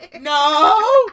no